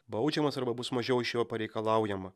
baudžiamas arba bus mažiau iš jo pareikalaujama